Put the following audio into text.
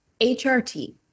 HRT